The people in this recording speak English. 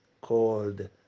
called